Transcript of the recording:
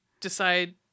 decide